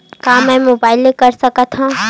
का मै मोबाइल ले कर सकत हव?